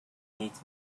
needs